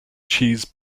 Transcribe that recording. cheese